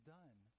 done